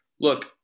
look